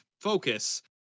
focus